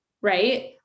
right